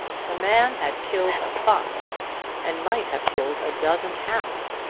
the man had killed a fox and might have killed a dozen hounds,